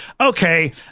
okay